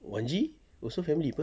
wan G also family [pe]